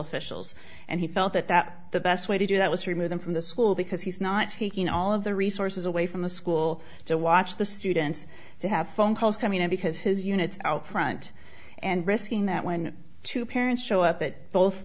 officials and he felt that that the best way to do that was to remove them from the school because he's not taking all of the resources away from the school to watch the students to have phone calls coming in because his unit out front and risking that when two parents show up at both